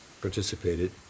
participated